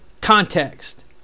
context